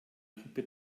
truppe